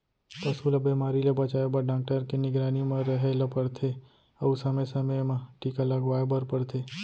पसू ल बेमारी ले बचाए बर डॉक्टर के निगरानी म रहें ल परथे अउ समे समे म टीका लगवाए बर परथे